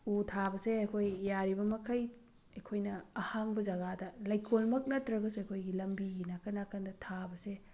ꯎ ꯊꯥꯕꯁꯦ ꯑꯩꯈꯣꯏ ꯌꯥꯔꯤꯕꯃꯈꯩ ꯑꯩꯈꯣꯏꯅ ꯑꯍꯥꯡꯕ ꯖꯒꯥꯗ ꯂꯩꯀꯣꯜꯃꯛ ꯅꯠꯇ꯭ꯔꯒꯁꯨ ꯑꯩꯈꯣꯏꯒꯤ ꯂꯝꯕꯤꯒꯤ ꯅꯥꯀꯟ ꯅꯥꯀꯟꯗ ꯊꯥꯕꯁꯦ